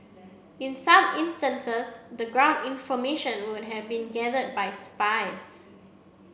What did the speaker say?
in some instances the ground information would have been gathered by spies